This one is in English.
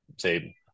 say